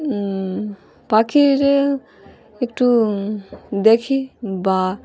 পাখিদের একটু দেখি বা